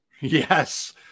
yes